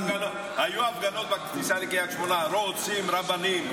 היו הפגנות בכניסה לקריית שמונה: רוצים רבנים,